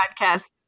podcast